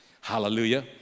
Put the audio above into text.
Hallelujah